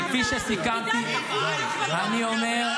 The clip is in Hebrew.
--- כפי שסיכמתי ------ אני מפרגנת לך.